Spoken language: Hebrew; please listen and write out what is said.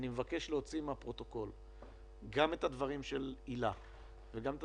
אני מבקש להוציא מהפרוטוקול גם את הדברים של הילה וגם את